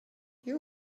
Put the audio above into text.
you